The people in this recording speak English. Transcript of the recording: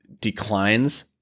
declines